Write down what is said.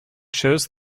chose